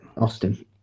Austin